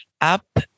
Up